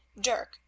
dirk